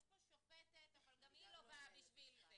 יש פה שופטת, אבל גם היא לא באה בשביל זה,